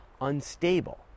unstable